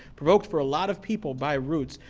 provoked for a lot of people by roots,